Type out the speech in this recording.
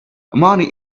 money